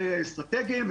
אסטרטגיים,